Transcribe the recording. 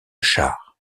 chars